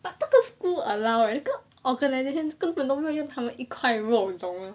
but 那个 school allow 那个 organisation 根本都没有用他们一块肉你懂吗